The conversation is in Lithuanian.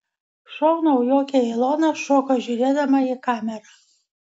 šou naujokė ilona šoko žiūrėdama į kamerą